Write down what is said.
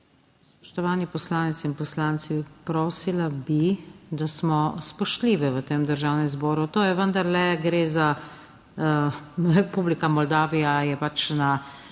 Spoštovani poslanec in poslanci, prosila bi, da smo spoštljivi v tem Državnem zboru. To je vendarle gre za, Republika Moldavija je pač na